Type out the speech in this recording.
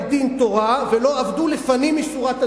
דין תורה ולא עבדו לפנים משורת הדין.